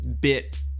bit